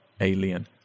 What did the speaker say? alien